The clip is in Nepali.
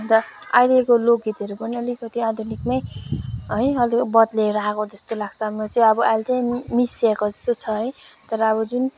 अन्त अहिलेको लोक गीतहरू पनि अलिकति आधुनिक नै है अलिक बद्लिएर आएको जस्तो लाग्छ र चाहिँ मिसिएको जस्तो छ है तर अब जुन